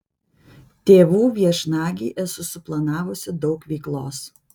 tėvų viešnagei esu suplanavusi daug veiklos